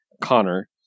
Connor